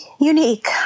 unique